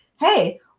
Hey